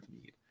need